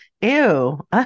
Ew